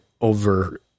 over